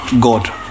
God